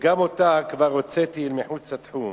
"שגם אותה כבר הוצאתי אל מחוץ לתחום".